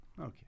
Okay